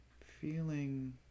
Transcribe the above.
feeling